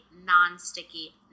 non-sticky